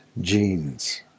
Genes